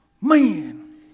Man